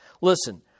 Listen